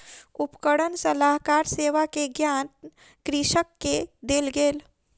उपकरण सलाहकार सेवा के ज्ञान कृषक के देल गेल